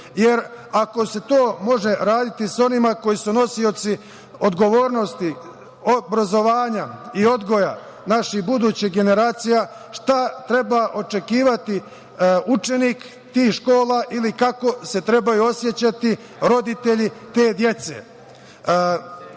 jer ako se to može raditi sa onima koji su nosioci odgovornosti obrazovanja i odgoja naših budućih generacija šta treba očekivati učenik tih škola ili kako se trebaju osećati roditelji te dece?I